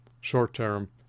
short-term